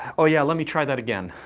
oh yeah let me try that again.